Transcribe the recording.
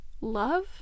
Love